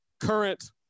current